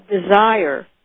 desire